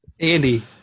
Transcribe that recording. Andy